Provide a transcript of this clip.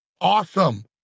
Awesome